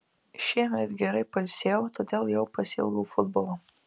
šiemet gerai pailsėjau todėl jau pasiilgau futbolo